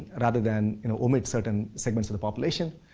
rather than omit certain segments of the population,